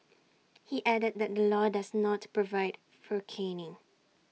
he added that the law does not provide for caning